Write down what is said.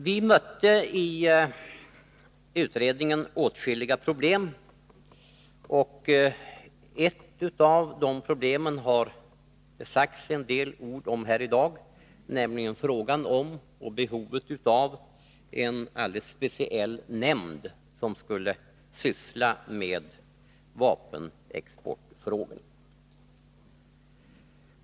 Vi mötte i utredningen åtskilliga problem. Ett av de problemen har det sagts en del om i dag, nämligen frågan om behovet av en alldeles speciell nämnd, som skulle syssla med vapenexportfrågor.